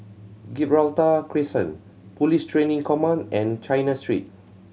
Gibraltar Crescent Police Training Command and China Street